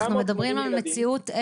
אנחנו מדברים על מציאות,